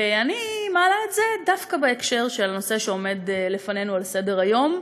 ואני מעלה את זה דווקא בהקשר של הנושא שעומד לפנינו על סדר-היום,